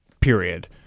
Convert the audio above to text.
period